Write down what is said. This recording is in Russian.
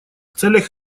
целях